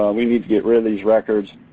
we need to get rid of these records.